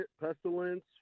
pestilence